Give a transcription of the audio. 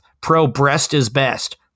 pro-breast-is-best